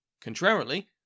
Contrarily